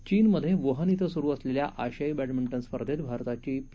चीनमधे व्हान ॐ सुरु असलेल्या आशियाई बॅडमिंटन स्पर्धेत भारताची पी